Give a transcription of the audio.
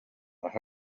hope